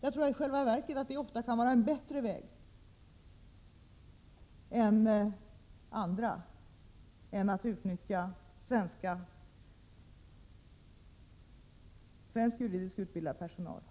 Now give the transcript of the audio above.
I själva verket tror jag att det ofta kan vara en bättre väg än att utnyttja svensk juridiskt utbildad personal.